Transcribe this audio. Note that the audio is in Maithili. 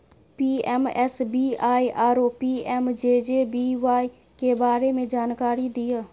पी.एम.एस.बी.वाई आरो पी.एम.जे.जे.बी.वाई के बारे मे जानकारी दिय?